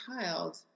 child